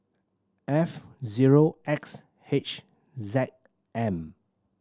F zero X H Z M